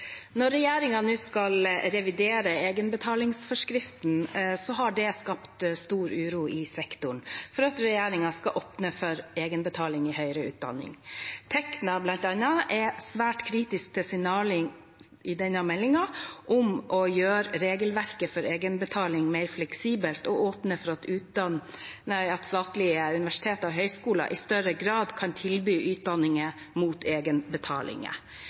Når regjeringen nå skal revidere egenbetalingsforskriften, har det skapt stor uro i sektoren for at regjeringen skal åpne for egenbetaling i høyere utdanning. Tekna, bl.a., er svært kritisk til signalene i denne meldingen om å gjøre regelverket for egenbetaling mer fleksibelt og åpne for at statlige universiteter og høyskoler i større grad kan tilby utdanninger mot egenbetalinger.